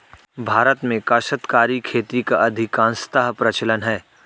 भारत में काश्तकारी खेती का अधिकांशतः प्रचलन है